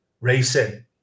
racing